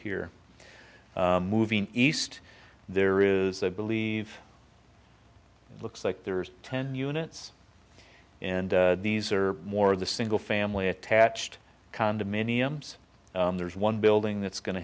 here moving east there is i believe it looks like there's ten units and these are more of the single family attached condominiums there's one building that's going to